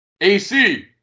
AC